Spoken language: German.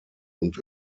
und